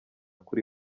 kuri